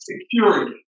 security